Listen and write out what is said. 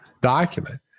document